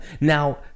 now